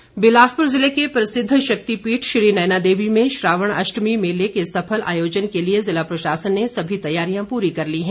श्रावण अष्टमी बिलासपुर ज़िले के प्रसिद्ध शक्तिपीठ श्री नैनादेवी में श्रावण अष्टमी मेले के सफल आयोजन के लिए ज़िला प्रशासन ने सभी तैयारियां पूरी कर ली हैं